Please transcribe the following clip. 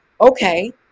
okay